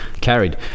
Carried